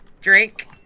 Drink